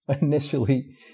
initially